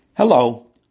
Hello